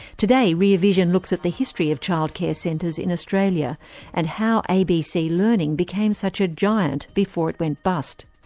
today rear vision looks at the history of childcare centres in australia and how abc learning became such a giant before it went bust.